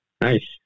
Nice